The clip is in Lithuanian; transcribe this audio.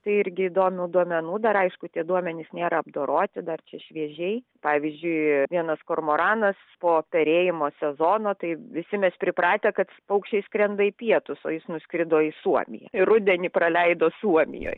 tai irgi įdomių duomenų dar aišku tie duomenys nėra apdoroti dar čia šviežiai pavyzdžiui vienas kormoranas po perėjimo sezono tai visi mes pripratę kad paukščiai skrenda į pietus o jis nuskrido į suomiją ir rudenį praleido suomijoj